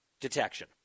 detection